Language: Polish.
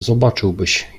zobaczyłbyś